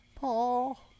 Paul